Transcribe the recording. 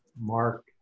Mark